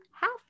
half